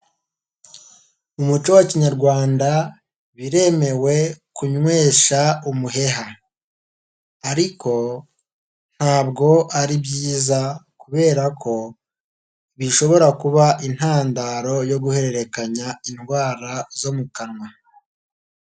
Umuco wa kinyarwanda biremewe kunywesha umuheha, ariko ntabwo ari byiza kubera ko bishobora kuba intandaro yo guhererekanya indwara zo mu kanwa.